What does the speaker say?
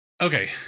Okay